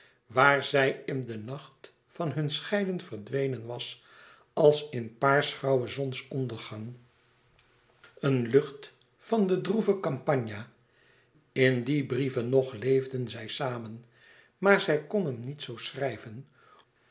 waar zij in den nacht van hun scheiden verdwenen was als in paarsgrauwen zonsondergang een lucht van de droeve campagna in die brieven nog leefden zij samen maar zij kon hem zoo niet schrijven